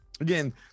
again